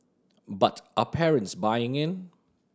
but are parents buying in